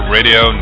Radio